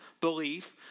belief